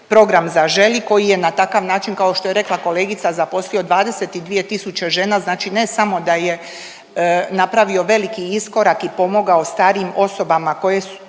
program Zaželi koji je na takav način kao što je rekla kolegica zaposlio 22000 žena. Znači, ne samo da je napravio veliki iskorak i pomogao starijim osobama kojima su